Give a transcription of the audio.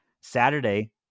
Saturday